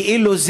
כאילו,